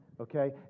okay